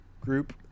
group